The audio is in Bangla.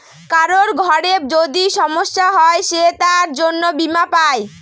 কারোর ঘরে যদি সমস্যা হয় সে তার জন্য বীমা পাই